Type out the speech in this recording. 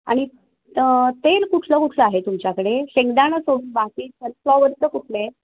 आणि तेल कुठलं कुठलं आहे तुमच्याकडे शेंगदाणा सोब बाकी कुठले आहे